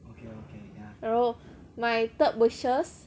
oh my third wishes